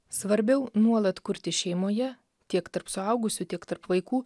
svarbiau nuolat kurti šeimoje tiek tarp suaugusių tik tarp vaikų